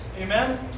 Amen